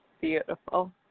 beautiful